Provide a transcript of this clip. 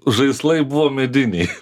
žaislai buvo mediniai